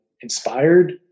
inspired